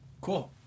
Cool